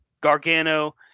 Gargano